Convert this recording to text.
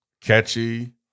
catchy